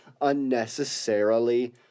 unnecessarily